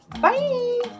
Bye